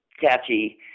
catchy